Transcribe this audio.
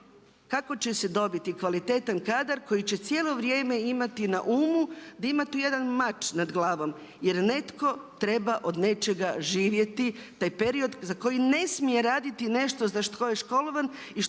kako će dobiti kvalitetan kadar koji će cijelo vrijeme imati na umu da ima tu jedan mač nad glavom jer netko treba od nečega živjeti taj period za koji ne smije raditi nešto za što je školovan i što je bila